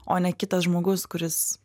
o ne kitas žmogus kuris